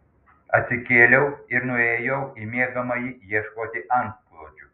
atsikėliau ir nuėjau į miegamąjį ieškoti antklodžių